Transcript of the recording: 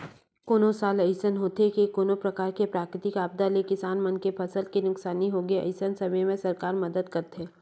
कोनो साल अइसन होथे के कोनो परकार ले प्राकृतिक आपदा ले किसान मन के फसल के नुकसानी होगे अइसन समे म सरकार मदद करथे